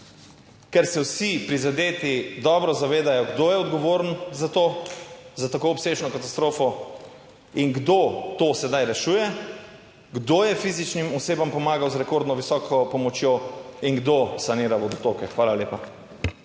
ker se vsi prizadeti dobro zavedajo, kdo je odgovoren za to, za tako obsežno katastrofo in kdo to sedaj rešuje, kdo je fizičnim osebam pomagal z rekordno visoko pomočjo in kdo sanira vodotoke. Hvala lepa.